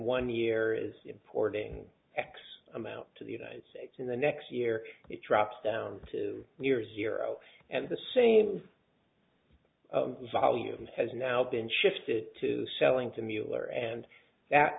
one year is importing x amount to the united states in the next year it drops down to near zero and the same volume has now been shifted to selling to mueller and that